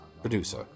producer